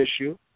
issue